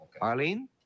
Arlene